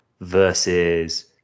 versus